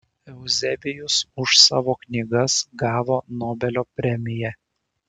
euzebijus už savo knygas gavo nobelio premiją